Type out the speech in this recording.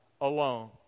alone